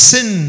Sin